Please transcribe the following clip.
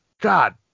god